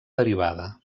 derivada